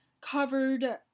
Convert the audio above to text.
covered